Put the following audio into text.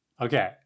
Okay